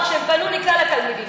רק שהם פנו לכלל התלמידים,